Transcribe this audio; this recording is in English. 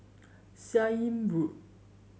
Seah Im Road